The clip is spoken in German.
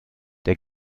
der